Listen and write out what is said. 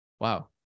wow